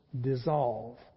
dissolve